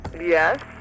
Yes